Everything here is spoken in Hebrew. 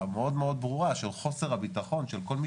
המאוד מאוד ברורה של חוסר הביטחון של כל מי